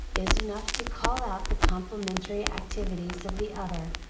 is enough to call out the complementary activities of the other.